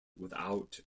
without